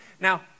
Now